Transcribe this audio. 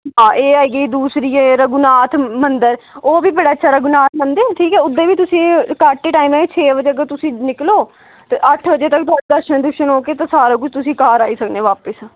हां एह् ऐ कि दूसरी ऐ रघुनाथ मंदर ओह् बी बड़ा अच्छा रघुनाथ मंदिर ठीक ऐ उद्धर बी तुस घट्ट गै टाइम ऐ छे बजे अगर तुसी निकलो ते अट्ठ बजे तक तुसें दर्शन दुर्शन होके किश ते तुस घर आई सकने बापिस